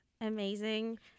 amazing